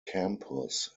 campus